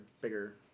bigger